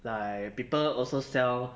like people also sell